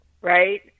Right